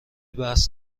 بحث